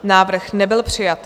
Návrh nebyl přijat.